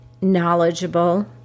knowledgeable